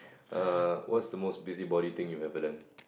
err what's the most busybody thing you've ever done